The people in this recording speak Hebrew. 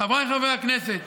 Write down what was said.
חבריי חברי הכנסת,